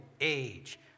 age